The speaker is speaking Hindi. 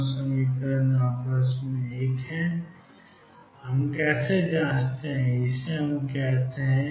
rightएक ही है हम कैसे जांचते हैं कि हम कह सकते हैं कि